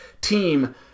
team